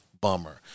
bummer